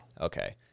okay